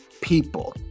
people